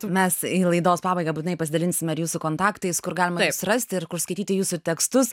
mes ir laidos pabaigą būtinai pasidalinsime ir jūsų kontaktais kur galima rasti ir skaityti jūsų tekstus